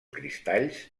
cristalls